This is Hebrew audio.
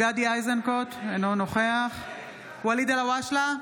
גדי איזנקוט, אינו נוכח ואליד אלהואשלה,